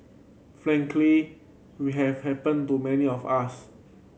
frankly we have happened to many of us